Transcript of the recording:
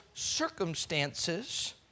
circumstances